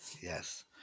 Yes